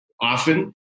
often